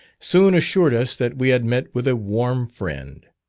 soon assured us that we had met with a warm friend.